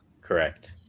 Correct